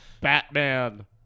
Batman